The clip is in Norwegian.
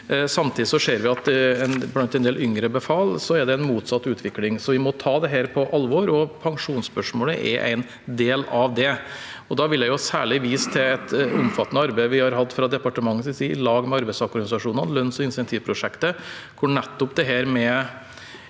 Samtidig ser vi at det blant en del yngre befal er en motsatt utvikling, så vi må ta dette på alvor, og pensjonsspørsmålet er en del av det. Da vil jeg særlig vise til et omfattende arbeid vi har hatt fra departementets side, i lag med arbeidstakerorganisasjonene: lønns- og insentivprosjektet, hvor nettopp dette med